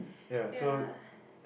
ya